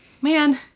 man